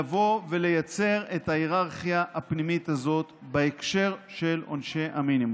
לבוא ולייצר את ההיררכיה הפנימית הזאת בהקשר של עונשי המינימום.